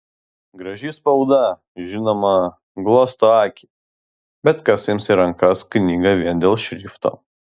graži spauda žinoma glosto akį bet kas ims į rankas knygą vien dėl šrifto